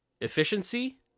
efficiency